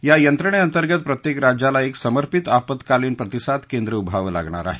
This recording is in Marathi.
या यंत्रणेअंतर्गत प्रत्येक राज्याला एक समर्पीत आपत्कालीन प्रतिसाद केंद्र उभारावं लागणार आहे